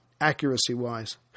accuracy-wise